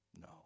No